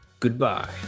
Goodbye